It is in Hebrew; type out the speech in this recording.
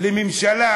לממשלה